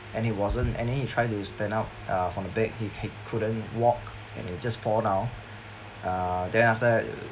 and he wasn't and he tried to stand up uh from the bed he he couldn't walk and he just fall down uh then after that